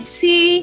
see